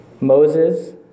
Moses